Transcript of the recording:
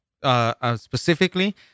specifically